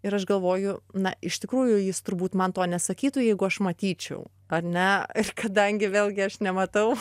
ir aš galvoju na iš tikrųjų jis turbūt man to nesakytų jeigu aš matyčiau ar ne ir kadangi vėlgi aš nematau